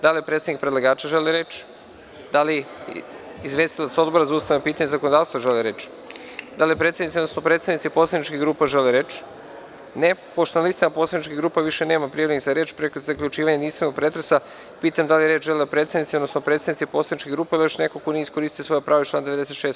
Da li predstavnik predlagača želi reč? (Ne) Da li izvestilac Odbora za ustavna pitanja i zakonodavstvo želi reč? (Ne) Da li predsednici, odnosno predstavnici poslaničkih grupa žele reč? (Ne) Pošto na listama poslaničkih grupa nema prijavljenih za reč, pre zaključivanja jedinstvenog pretresa, pitam da li žele reč predsednici, odnosno predstavnici poslaničkih grupa ili još neko ko nije iskoristio svoje pravo iz člana 96.